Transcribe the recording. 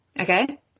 Okay